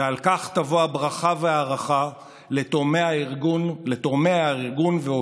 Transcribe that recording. ועל כך יבואו הברכה וההערכה לתורמי הארגון ולעובדיו.